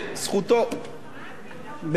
בגבולות המותר, כן.